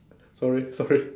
sorry sorry